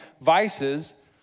vices